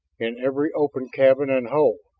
in every open cabin and hole.